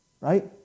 Right